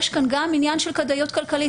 יש כאן גם עניין של כדאיות כלכלית.